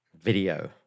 video